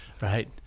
Right